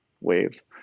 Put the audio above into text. waves